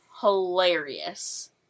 hilarious